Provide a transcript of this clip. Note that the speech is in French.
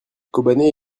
kobané